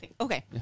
Okay